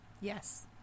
Yes